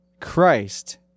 Christ